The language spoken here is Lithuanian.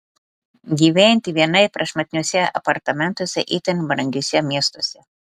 gyventi vienai prašmatniuose apartamentuose itin brangiuose miestuose